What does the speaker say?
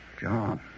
John